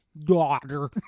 daughter